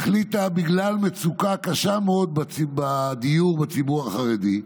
החליטה, בגלל מצוקה קשה מאוד בדיור בציבור החרדי,